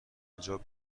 کجا